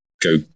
go